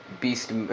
Beast